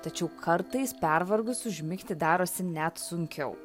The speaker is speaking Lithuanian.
tačiau kartais pervargus užmigti darosi net sunkiau